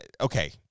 okay